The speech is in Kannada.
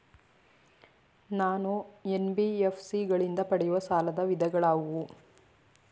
ನಾನು ಎನ್.ಬಿ.ಎಫ್.ಸಿ ಗಳಿಂದ ಪಡೆಯುವ ಸಾಲದ ವಿಧಗಳಾವುವು?